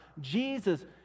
Jesus